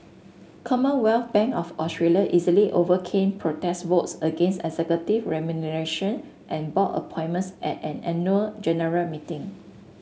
Commonwealth Bank of Australia easily overcame protest votes against executive remuneration and board appointments at an annual general meeting